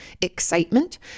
excitement